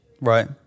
Right